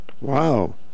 Wow